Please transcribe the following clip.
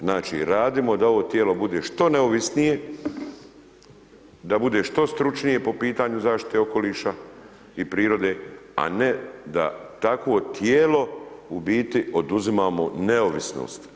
Znači, radimo da ovo tijelo bude što neovisnije, da bude što stručnije po pitanju zaštite okoliša i prirode, a ne da takvo tijelo u biti oduzimamo neovisnost.